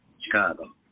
Chicago